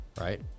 right